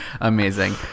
Amazing